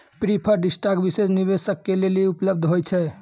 preferred stock विशेष निवेशक के लेली उपलब्ध होय छै